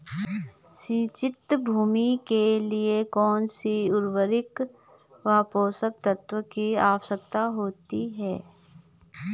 सिंचित भूमि के लिए कौन सी उर्वरक व पोषक तत्वों की आवश्यकता होती है?